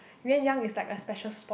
Yuenyeung is like a special sport